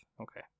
Okay